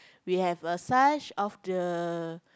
we have a such of the